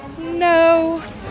no